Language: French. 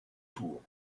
tour